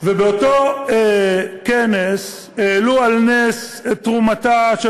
ובאותו כנס העלו על נס את תרומתה של